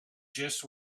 just